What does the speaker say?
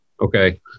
okay